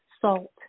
salt